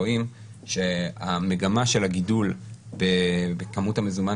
רואים שהמגמה של הגידול בכמות המזומן